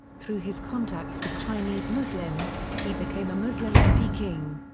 through his contacts with chinese muslims, he became a muslim in peking.